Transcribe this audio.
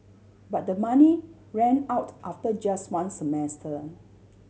but the money ran out after just one semester